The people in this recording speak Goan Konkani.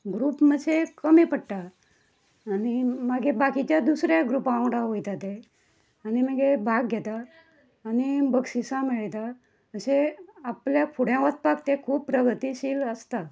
ग्रूप मात्शे कमी पडटा आनी मागीर बाकीच्या दुसऱ्यां ग्रुपा वांगडा वयता ते आनी मागी भाग घेता आनी बक्षिसां मेळयतात अशे आपल्याक फुडें वसपाक ते खूब प्रगतीशील आसतात